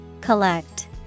Collect